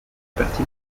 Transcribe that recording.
parti